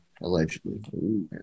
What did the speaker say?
allegedly